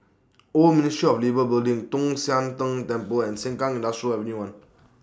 Old Ministry of Labour Building Tong Sian Tng Temple and Sengkang Industrial Avenue one